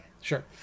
Sure